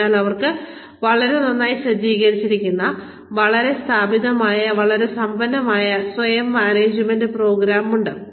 അതിനാൽ അവർക്ക് വളരെ നന്നായി സജ്ജീകരിച്ചിരിക്കുന്ന നന്നായി സ്ഥാപിതമായ വളരെ സമ്പന്നമായ സ്വയം മാനേജ്മെന്റ് പ്രോഗ്രാം ഉണ്ട്